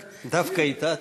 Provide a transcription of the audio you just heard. דווקא אתה תטעה?